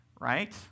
Right